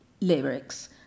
lyrics